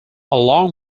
along